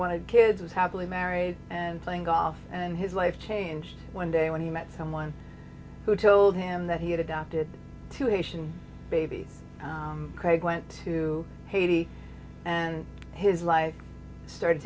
wanted kids happily married and playing golf and his life changed one day when he met someone who told him that he had adopted two haitian baby craig went to haiti and his life started